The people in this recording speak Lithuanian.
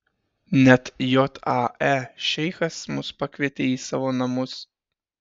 net jae šeichas mus pakvietė į savo namus